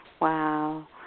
Wow